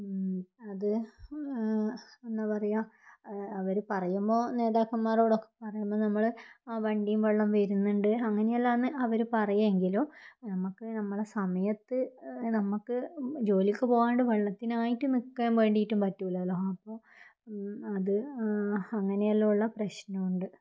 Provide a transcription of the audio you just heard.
അത് എന്നാൽ പറയുക അവർ പറയുമ്പോൾ നേതാക്കന്മാരോടൊക്കെ പറയുമ്പോൾ നമ്മൾ ആ വണ്ടീം വെള്ളം വരുന്നുണ്ട് അങ്ങനെയെല്ലാമാണ് അവർ പറയുമെങ്കിലും നമ്മൾക്ക് നമ്മുടെ സമയത്ത് നമുക്ക് ജോലിക്ക് പോകാണ്ട് വെള്ളത്തിനായിട്ട് നിൽക്കാൻ വേണ്ടീട്ട് പറ്റൂല്ലല്ലോ അപ്പോൾ അത് അങ്ങനെയെല്ലാ ഉള്ള പ്രശ്നമുണ്ട്